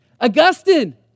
Augustine